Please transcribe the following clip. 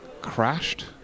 crashed